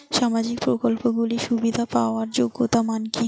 সামাজিক প্রকল্পগুলি সুবিধা পাওয়ার যোগ্যতা মান কি?